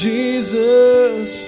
Jesus